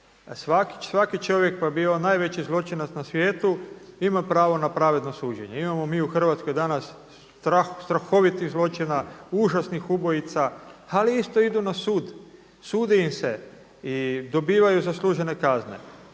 Svaki čovjek pa bio on najveći zločinac na svijetu ima pravo na pravedno suđenje. Imamo mi u Hrvatskoj danas strahovitih zločina, užasnih ubojica ali isto idu na sud, sudi im se i dobivaju zaslužene kazne.